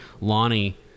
Lonnie